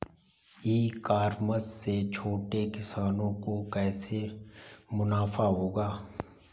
ई commerce से छोटे किसानों को कैसे मुनाफा होगा?